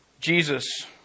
Jesus